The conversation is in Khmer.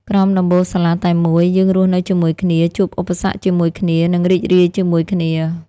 ក្រោមដំបូលសាលាតែមួយ យើងរស់នៅជាមួយគ្នា ជួបឧបសគ្គជាមួយគ្នា និងរីករាយជាមួយគ្នា។